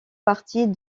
partie